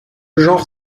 genre